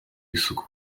isuku